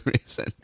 reason